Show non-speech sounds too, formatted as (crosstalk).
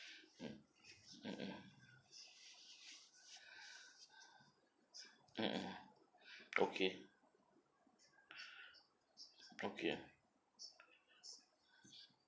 mm mm mm mm mm okay (breath) okay